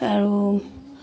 আৰু